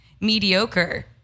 mediocre